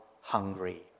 hungry